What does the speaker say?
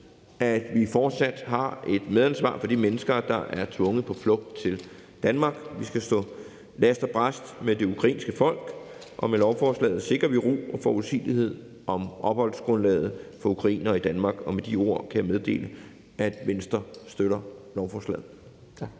at vi fortsat har et medansvar for de mennesker, der er tvunget på flugt til Danmark. Vi skal stå last og brast med det ukrainske folk, og med lovforslaget sikrer vi ro og forudsigelighed om opholdsgrundlaget for ukrainere i Danmark. Med de ord kan jeg meddele, at Venstre støtter lovforslaget.